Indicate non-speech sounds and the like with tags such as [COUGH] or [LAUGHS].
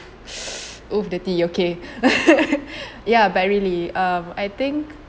[BREATH] !woo! dirty okay [LAUGHS] ya but really um I think